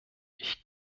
ich